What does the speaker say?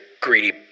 greedy